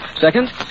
Second